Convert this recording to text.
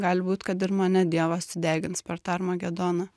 gali būt kad ir mane dievas sudegins per tą armagedoną